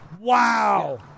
wow